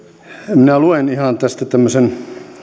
minä ihan luen tästä tämmöisen